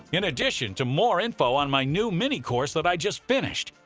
in addition to more info on my new mini course that i just finished!